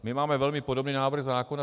My máme velmi podobný návrh zákona.